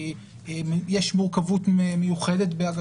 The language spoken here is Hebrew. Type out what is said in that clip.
כי יש מורכבות מיוחדת.